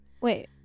Wait